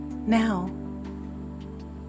Now